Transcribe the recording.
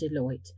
Deloitte